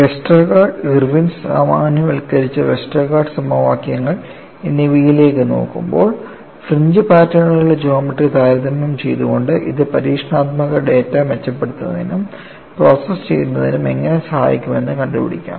Westergaard Irwin സാമാന്യവൽക്കരിച്ച Westergaard സമവാക്യങ്ങൾ എന്നിവയിലേക്ക് നോക്കുമ്പോൾ ഫ്രിഞ്ച് പാറ്റേണുകളുടെ ജോമട്രി താരതമ്യം ചെയ്തുകൊണ്ട് ഇത് പരീക്ഷണാത്മക ഡാറ്റ മെച്ചപ്പെടുത്തുന്നതിനും പ്രോസസ്സ് ചെയ്യുന്നതിനും എങ്ങനെ സഹായിക്കുമെന്ന് കണ്ടുപിടിക്കാം